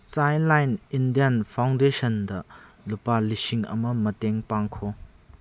ChildLine Indian ꯐꯥꯎꯟꯗꯦꯁꯟꯗ ꯂꯨꯄꯥ ꯂꯤꯁꯤꯡ ꯑꯃ ꯃꯇꯦꯡ ꯄꯥꯡꯈꯣ